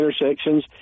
intersections